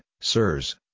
Sirs